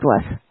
bless